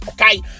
okay